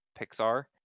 Pixar